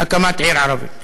הקמת עיר ערבית.